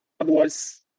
Otherwise